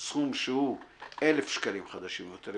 סכום שהוא 1,000 שקלים חדשים או יותר,